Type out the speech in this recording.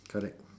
correct